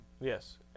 Yes